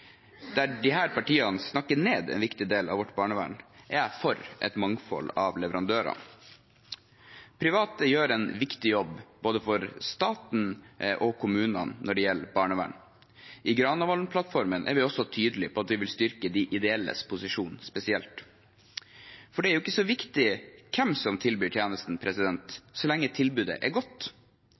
Der disse partiene snakker ned en viktig del av vårt barnevern, er jeg for et mangfold av leverandører. Private gjør en viktig jobb for både staten og kommunene når det gjelder barnevern. I Granavolden-plattformen er vi også tydelige på at vi vil styrke de ideelles posisjon spesielt. For det er ikke så viktig hvem som tilbyr tjenesten, så lenge tilbudet er godt.